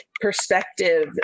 perspective